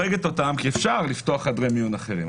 אפשר לפתוח חדרי מיון אחרים,